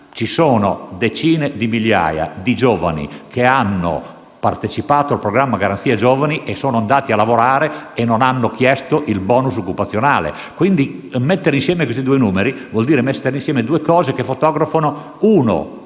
Ci sono decine di migliaia di giovani che hanno partecipato al programma Garanzia giovani, sono andati a lavorare e non hanno chiesto il *bonus* occupazionale. Quindi mettere insieme questi due numeri vuol dire mettere insieme due cose che fotografano un